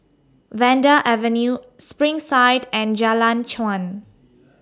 Vanda Avenue Springside and Jalan Chuan